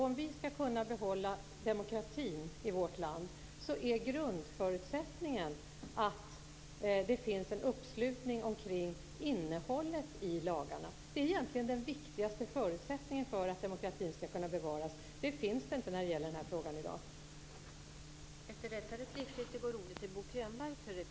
Om vi skall kunna behålla demokratin i vårt land är grundförutsättningen att det finns en uppslutning kring innehållet i lagarna. Det är egentligen den viktigaste förutsättningen för att demokratin skall kunna bevaras. Den föreligger inte när det gäller den här frågan i dag.